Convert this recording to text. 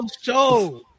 show